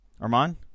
Armand